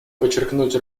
подчеркнуть